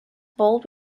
bold